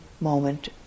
moment